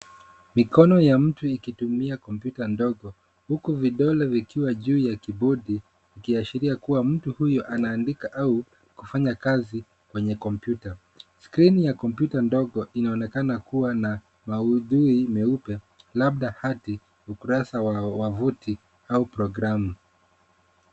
Mikono ya mtu ikitumia kompyuta ndogo, huku vidole vikiwa juu ya kibodi, ikiashiria kua mtu huyo anaandika au kufanya kazi kwenye kompyuta. Skirini ya kompyuta ndogo inaonekana kua na maudhui meupe, labda hati, ukurasa wa wavuti, au programu.